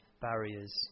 barriers